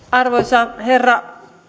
arvoisa herra